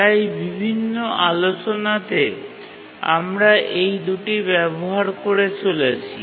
তাই বিভিন্ন আলোচনাতে আমরা এই দুটি ব্যবহার করে চলেছি